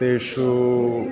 तेषु